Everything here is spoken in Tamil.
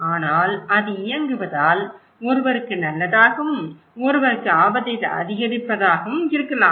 ஆனால் அது இயங்குவதால் ஒருவருக்கு நல்லதாகவும் ஒருவருக்கு ஆபத்தை அதிகரிப்பதாகவும் இருக்கலாம்